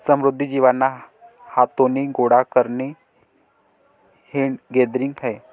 समुद्री जीवांना हाथाने गोडा करणे हैंड गैदरिंग आहे